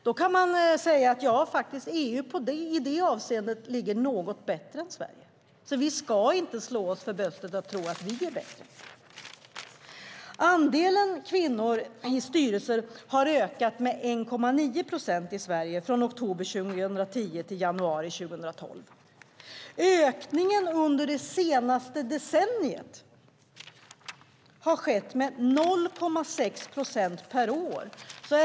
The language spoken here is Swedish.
Då kan man säga att EU i det avseendet är något bättre än Sverige, så vi ska inte slå oss för bröstet och tro att vi är bättre. Andelen kvinnor i styrelser i Sverige hade ökat med 1,9 procentenheter från oktober 2010 till januari 2012. Ökningen under det senaste decenniet var 0,6 procentenheter per år.